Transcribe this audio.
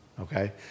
okay